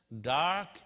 dark